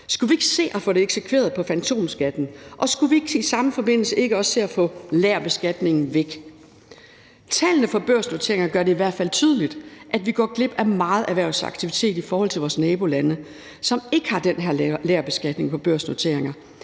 Skulle vi ikke se at få det eksekveret på fantomskatten? Og skulle vi ikke i samme forbindelse se at få lagerbeskatningen væk? Tallene for børsnoteringer gør det i hvert fald tydeligt, at vi går glip af meget erhvervsaktivitet i forhold til vores nabolande, som ikke har den her lagerbeskatning på børsnoteringer.